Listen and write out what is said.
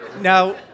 Now